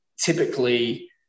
Typically